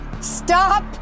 Stop